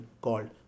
called